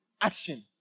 action